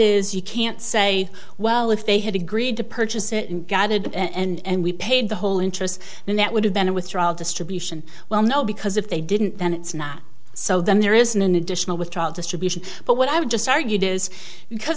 is you can't say well if they had agreed to purchase it and gathered and we paid the whole interest then that would have been a withdrawal distribution well no because if they didn't then it's not so then there isn't an additional withdrawal distribution but what i would just argue